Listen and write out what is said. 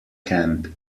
camp